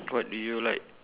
what do you like